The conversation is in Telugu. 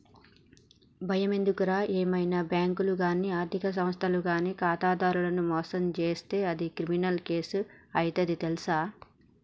బయమెందుకురా ఏవైనా బాంకులు గానీ ఆర్థిక సంస్థలు గానీ ఖాతాదారులను మోసం జేస్తే అది క్రిమినల్ కేసు అయితది తెల్సా